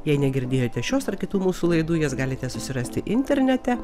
jei negirdėjote šios ar kitų mūsų laidų jas galite susirasti internete